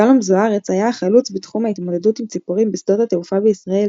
שלום זו-ארץ היה החלוץ בתחום ההתמודדות עם ציפורים בשדות התעופה בישראל,